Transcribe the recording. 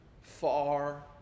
far